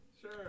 Sure